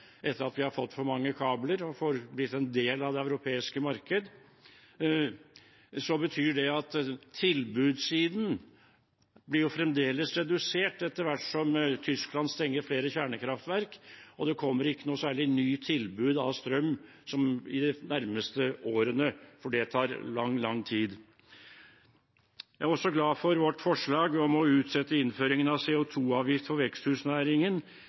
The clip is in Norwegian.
etter at vi har fått for mange kabler og blitt en del av det europeiske marked. Det betyr at tilbudssiden fremdeles blir redusert etter hvert som Tyskland stenger flere kjernekraftverk, og det kommer ikke noe særlig nye tilbud av strøm i de nærmeste årene, for det tar lang, lang tid. Jeg er også glad for vårt forslag om å utsette innføringen av CO 2 -avgift for veksthusnæringen